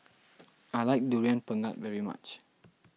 I like Durian Pengat very much